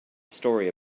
story